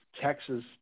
Texas